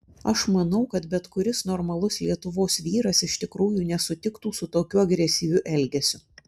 aš manau kad bet kuris normalus lietuvos vyras iš tikrųjų nesutiktų su tokiu agresyviu elgesiu